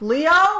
Leo